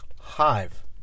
hive